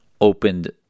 opened